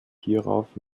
hierauf